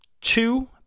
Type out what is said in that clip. Two